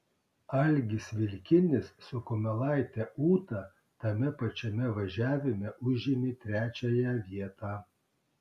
algis vilkinis su kumelaite ūta tame pačiame važiavime užėmė trečiąją vietą